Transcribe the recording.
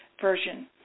version